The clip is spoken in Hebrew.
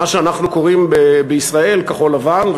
מה שאנחנו קוראים בישראל כחול-לבן,